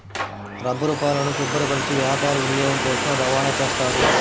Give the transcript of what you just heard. రబ్బరుపాలను శుభ్రపరచి వ్యాపార వినియోగం కోసం రవాణా చేస్తారు